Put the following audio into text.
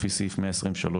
לפי סעיף 123א',